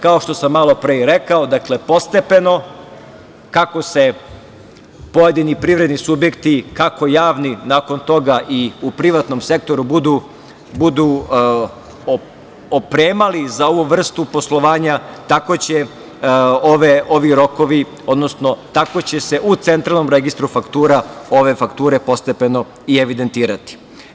Kao što sam malopre i rekao, dakle, postepeno, kako se pojedini privredni subjekti, kako javni, nakon toga i u privatnom sektoru budu opremali za ovu vrstu poslovanja tako će se u Centralnom registru faktura ove fakture postepeno i evidentirati.